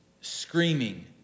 screaming